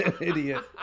Idiot